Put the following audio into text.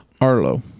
Arlo